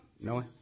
No